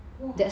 !wah!